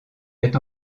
est